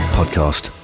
podcast